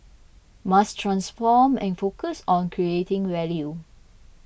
must transform and focus on creating value